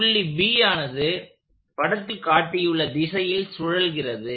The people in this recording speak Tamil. புள்ளி B ஆனது படத்தில் காட்டியுள்ள திசையில் சுழல்கிறது